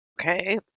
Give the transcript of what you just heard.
Okay